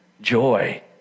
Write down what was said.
joy